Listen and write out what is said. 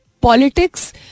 politics